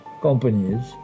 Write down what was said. companies